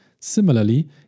Similarly